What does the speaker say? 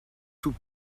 sous